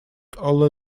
all